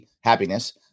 happiness